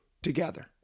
Together